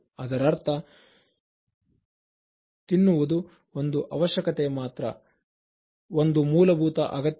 ಅದರರ್ಥ ತಿನ್ನುವುದು ಒಂದು ಅವಶ್ಯಕತೆ ಮಾತ್ರ ಒಂದು ಮೂಲಭೂತ ಅಗತ್ಯತೆ